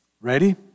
Ready